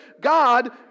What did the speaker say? God